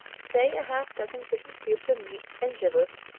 say a half dozen different cubes of meat and giblets,